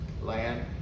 land